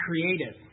creative